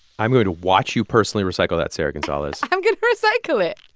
i'm going to watch you personally recycle that, sarah gonzalez i'm going to recycle it.